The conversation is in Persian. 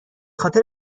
خاطر